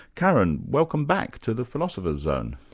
karyn, welcome back to the philosopher's zone.